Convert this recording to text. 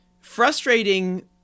frustrating